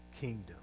kingdom